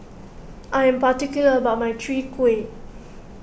I am particular about my Chwee Kueh